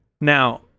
Now